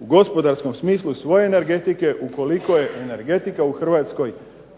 u gospodarskom smislu svoje energetike ukoliko je energetika u Hrvatskoj